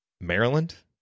Maryland